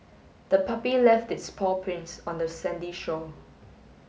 the puppy left its paw prints on the sandy shore